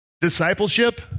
Discipleship